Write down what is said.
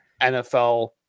NFL